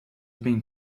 been